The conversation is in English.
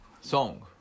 song